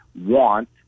want